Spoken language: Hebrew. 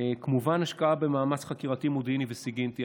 כמובן, השקעה במאמץ חקירתי מודיעיני וסיגינטי.